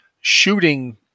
shooting